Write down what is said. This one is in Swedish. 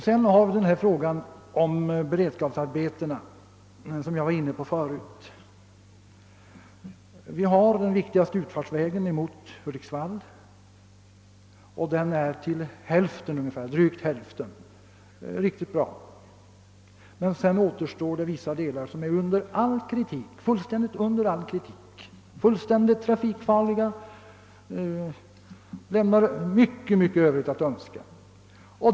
Sedan har vi frågan om beredskapsarbetena som jag tidigare varit inne på. Vi har den viktigaste utfartsvägen mot Hudiksvall, och denna är till drygt hälften riktigt bra. Sedan återstår emellertid vissa delar, vilka befinner sig fullständigt under all kritik. De är mycket trafikfarliga och lämnar mycket övrigt att önska.